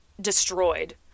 destroyed